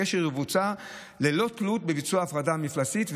הגשר יבוצע ללא תלות בביצוע ההפרדה המפלסית,